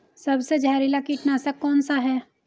सबसे जहरीला कीटनाशक कौन सा है?